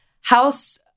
house